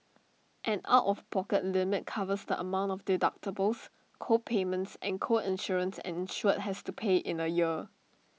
an out of pocket limit covers the amount of deductibles co payments and co insurance an insured has to pay in A year